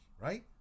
right